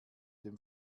dem